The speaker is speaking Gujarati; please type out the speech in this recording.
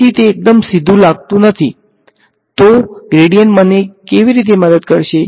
તેથી તે એકદમ સીધું લાગતું નથી તો ગ્રેડીયંટ મને કેવી રીતે મદદ કરશે